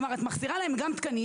כלומר את מחסירה להם גם תקנים,